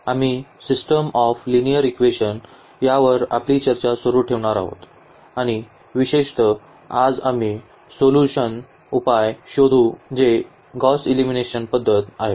आम्ही system of linear equation यावर आपली चर्चा सुरू ठेवणार आहोत आणि विशेषतः आज आम्ही सोल्यूशन उपाय शोधू जे गौस एलिमिनेशन पद्धत आहे